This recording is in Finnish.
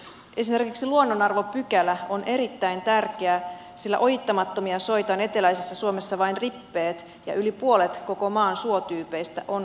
esimerkiksi luonnonarvopykälä on erittäin tärkeä sillä ojittamattomia soita on eteläisessä suomessa vain rippeet ja yli puolet koko maan suotyypeistä on uhanalaisia